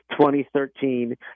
2013